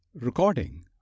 Recording